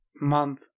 month